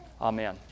Amen